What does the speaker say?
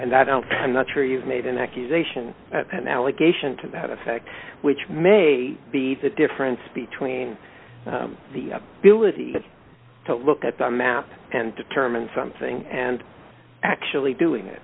and i don't i'm not sure you made an accusation allegation to that effect which may be the difference between the ability to look at the map and determine something and actually doing it